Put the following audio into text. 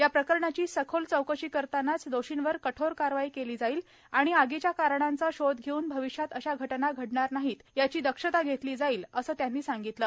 याप्रकरणाची सखोल चौकशी करतानाच दोषींवर कठोर करवाई केली जाईल आणि आगीच्या कारणांचा शोध घेऊन भविष्यात अशा घटना घडणार नाहीत याची दक्षता घेतली जाईल असे त्यांनी सांगितले